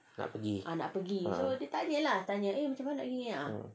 nak pergi ah